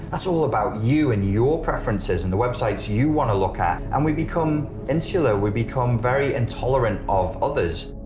that's all about you and your preferences and the websites you want to look at. and we become insular, we become very intolerant of others.